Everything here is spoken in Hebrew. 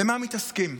במה מתעסקים?